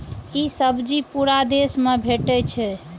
ई सब्जी पूरा देश मे भेटै छै